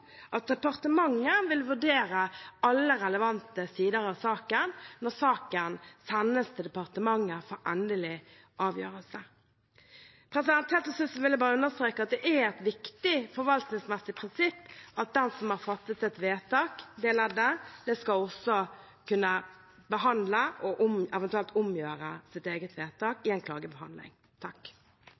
at departementet vil vurdere alle relevante sider av saken når saken sendes til departementet for endelig avgjørelse. Helt til slutt vil jeg understreke at det er et viktig forvaltningsmessig prinsipp at det leddet som har fattet et vedtak, også skal kunne behandle og eventuelt omgjøre sitt eget vedtak i en klagebehandling.